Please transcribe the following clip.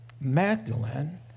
Magdalene